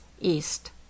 east